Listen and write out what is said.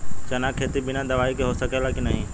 चना के खेती बिना दवाई के हो सकेला की नाही?